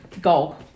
Goal